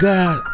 God